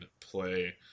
play